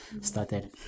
started